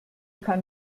kann